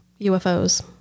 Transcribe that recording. UFOs